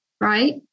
right